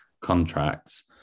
contracts